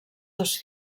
dos